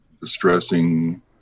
distressing